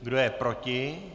Kdo je proti?